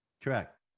Correct